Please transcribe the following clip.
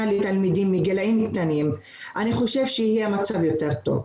לתלמידים מגילאים קטנים אני חושב שיהיה מצב יותר טוב.